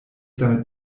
damit